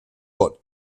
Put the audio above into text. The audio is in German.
bonn